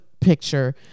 picture